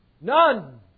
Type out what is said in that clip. None